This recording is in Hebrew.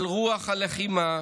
על רוח הלחימה,